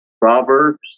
Proverbs